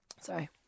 Sorry